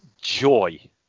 joy